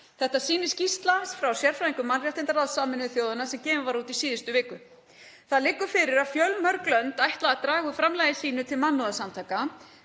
Þetta sýnir skýrsla frá sérfræðingum mannréttindaráðs Sameinuðu þjóðanna sem gefin var út í síðustu viku. Það liggur fyrir að fjölmörg lönd ætla að draga úr framlagi sínu til mannúðarsamtaka.